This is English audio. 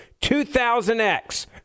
2000X